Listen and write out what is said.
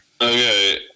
Okay